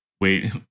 wait